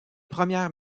première